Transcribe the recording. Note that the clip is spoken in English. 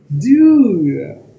dude